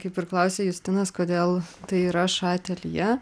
kaip ir klausė justinas kodėl tai yra ša ateljė